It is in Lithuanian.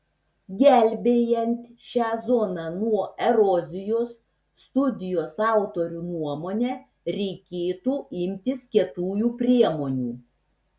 gelbėjant šią zoną nuo erozijos studijos autorių nuomone reikėtų imtis kietųjų priemonių